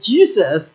Jesus